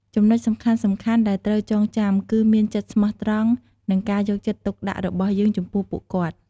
ចំណុចសំខាន់ៗដែលត្រូវចងចាំ គឺមានចិត្តស្មោះត្រង់ និងការយកចិត្តទុកដាក់របស់យើងចំពោះពួកគាត់។